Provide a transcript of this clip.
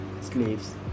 slaves